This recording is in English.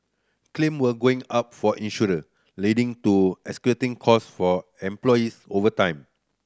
claim were going up for insurer leading to escalating costs for employers over time